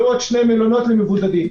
ועוד שני מלונות למבודדים.